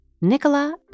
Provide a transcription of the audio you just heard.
Nicola